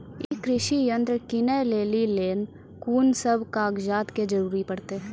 ई कृषि यंत्र किनै लेली लेल कून सब कागजात के जरूरी परतै?